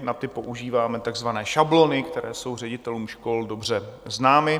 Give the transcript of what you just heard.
Na ty používáme takzvané šablony, které jsou ředitelům škol dobře známy.